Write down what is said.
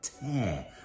tear